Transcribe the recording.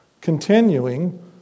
continuing